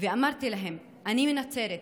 ואמרתי להם: אני מנצרת,